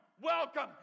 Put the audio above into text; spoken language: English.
welcome